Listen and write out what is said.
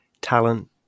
talent